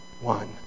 one